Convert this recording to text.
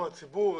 מול הציבור,